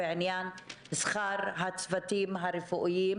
בעניין שכר הצוותים הרפואיים